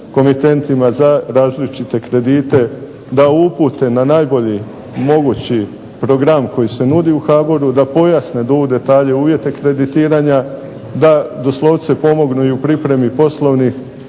komitentima za različite kredite da upute na najbolji mogući program koji se nudi u HBOR-u, da pojasne do u detalje uvjete kreditiranja, da doslovce pomognu i u pripremi poslovnih